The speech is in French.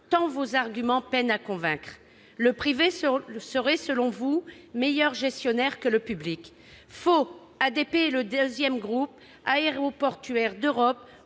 tant vos arguments peinent à convaincre ! Le privé serait, selon vous, meilleur gestionnaire que le public. Faux ! ADP est le deuxième groupe aéroportuaire d'Europe,